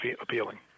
appealing